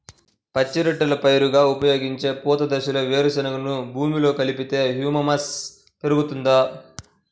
పచ్చి రొట్టెల పైరుగా ఉపయోగించే పూత దశలో వేరుశెనగను భూమిలో కలిపితే హ్యూమస్ పెరుగుతుందా?